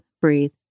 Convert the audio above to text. breathe